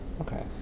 Okay